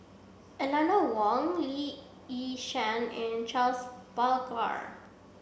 Eeleanor Wong Lee Yi Shyan and Charles Paglar